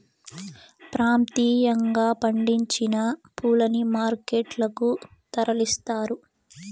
ప్రాంతీయంగా పండించిన పూలని మార్కెట్ లకు తరలిస్తారు